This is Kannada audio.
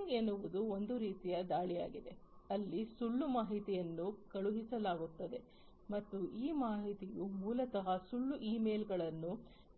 ಫಿಶಿಂಗ್ ಎನ್ನುವುದು ಒಂದು ರೀತಿಯ ದಾಳಿಯಾಗಿದೆ ಅಲ್ಲಿ ಸುಳ್ಳು ಮಾಹಿತಿಯನ್ನು ಕಳುಹಿಸಲಾಗುತ್ತದೆ ಮತ್ತು ಈ ಮಾಹಿತಿಯು ಮೂಲತಃ ಸುಳ್ಳು ಇಮೇಲ್ಗಳನ್ನು